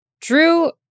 Drew